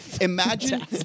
Imagine